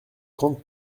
grande